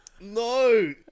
No